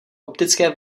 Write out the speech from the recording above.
optické